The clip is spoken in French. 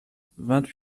vingt